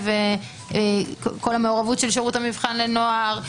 את כל המעורבות של שירות המבחן לנוער,